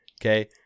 Okay